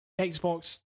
Xbox